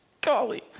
golly